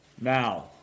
now